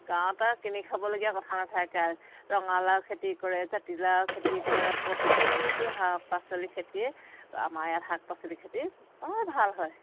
গাঁৱৰ পা কিনি খাবলগীয়া কথা নাথাকে ৰঙালাও খেতি কৰে জাতিলাও খেতি কৰে প্ৰতিটো শাক পাচলি খেতিয়ে আমাৰ ইয়াত শাক পাচলি খেতিৰ বৰ ভাল হয়